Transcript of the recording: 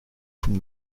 from